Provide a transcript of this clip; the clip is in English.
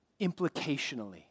implicationally